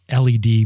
led